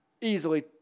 easily